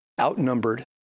outnumbered